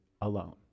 alone